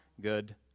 good